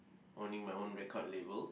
owning my own record label